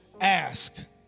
ask